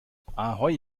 ahoi